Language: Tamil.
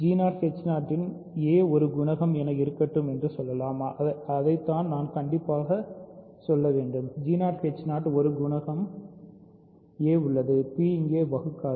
இன் a ஒரு குணகம் என இருக்கட்டும் என்று சொல்லலாம் அதைத்தான் நான் கண்டிப்பாக சொல்ல வேண்டும் இன் ஒரு குணகம் a உள்ளது p இங்கே வகுக்காது